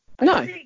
No